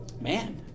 Man